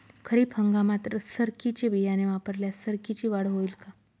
खरीप हंगामात सरकीचे बियाणे वापरल्यास सरकीची वाढ होईल का?